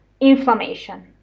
inflammation